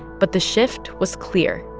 but the shift was clear.